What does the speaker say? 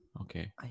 okay